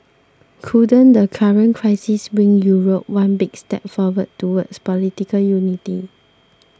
couldn't the current crisis bring Europe one big step forward towards political unity